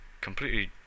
completely